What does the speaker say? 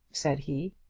said he.